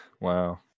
wow